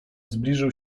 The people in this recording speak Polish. zbliżył